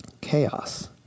Chaos